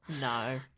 No